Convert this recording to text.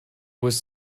was